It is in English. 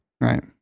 Right